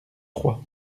trois